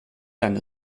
eine